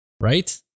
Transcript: Right